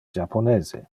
japonese